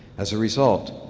as a result,